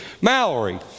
Mallory